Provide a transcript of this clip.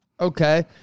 Okay